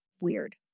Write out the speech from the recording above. Weird